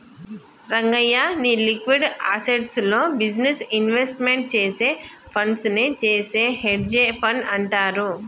రంగయ్య, నీ liquid assets లో business investment చేసే ఫండ్స్ నే చేసే హెడ్జె ఫండ్ అంటారు